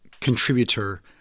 contributor